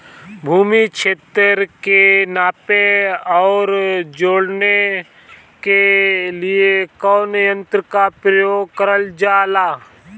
भूमि क्षेत्र के नापे आउर जोड़ने के लिए कवन तंत्र का प्रयोग करल जा ला?